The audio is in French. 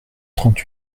trente